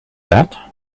that